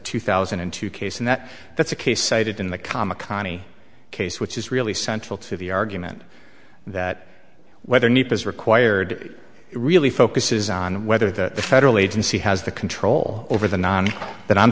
two thousand and two case in that that's a case cited in the comma conny case which is really central to the argument that whether need is required really focuses on whether the federal agency has the control over the non tha